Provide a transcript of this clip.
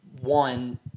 one